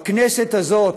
בכנסת הזאת,